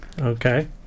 Okay